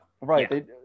right